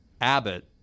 Abbott